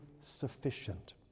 sufficient